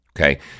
Okay